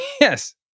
Yes